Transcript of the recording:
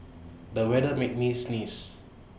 the weather made me sneeze